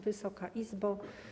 Wysoka Izbo!